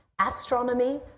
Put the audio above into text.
Astronomy